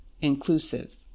inclusive